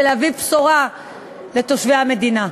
ולהביא בשורה לתושבי המדינה.